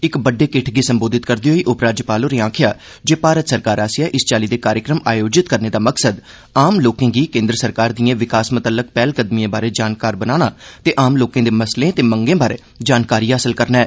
इक बड्डे किट्ठ गी संबोधित करदे होई उपराज्यपाल होरें आखेआ जे भारत सरकार आसेआ इस चाल्ली दे कार्यक्रम आयोजित करने दा मकसद आम लोकें गी केन्द्र सरकार दिएं विकास मतल्लक पैहलकदमिएं बारै जानकार बनाना ते आम लोकें दे मसले ते मंगें बारै जानकारी हासल करना ऐ